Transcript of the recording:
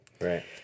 Right